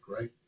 right